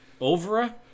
Ovra